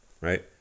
right